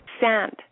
sand